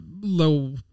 low